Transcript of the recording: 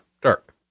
dark